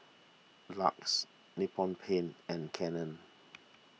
Lux Nippon Paint and Canon